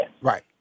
Right